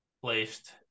placed